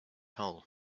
hole